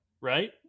right